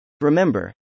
Remember